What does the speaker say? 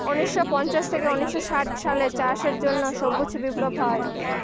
উনিশশো পঞ্চাশ থেকে উনিশশো ষাট সালে চাষের জন্য সবুজ বিপ্লব হয়